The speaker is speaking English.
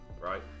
right